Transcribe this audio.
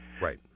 Right